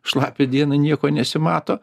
šlapią dieną nieko nesimato